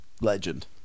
legend